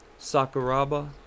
Sakuraba